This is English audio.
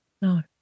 No